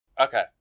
Okay